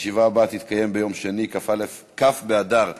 הישיבה הבאה תתקיים ביום שני, כ' באדר א'